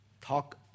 Talk